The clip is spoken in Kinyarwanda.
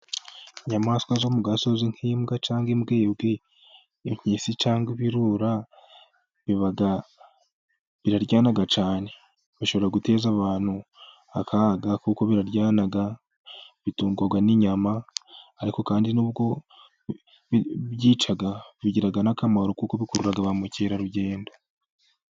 Inyamaswa zo mu gasozi nk'imbwa cyangwa imbwebwe, impyisi cyangwa ibirura, biraryana cyane. Bishobora guteza abantu akaga kuko biraryana, bitungwa n'inyama, ariko kandi nubwo byica, bigira n'akamaro kuko bikurura ba mukerarugendo.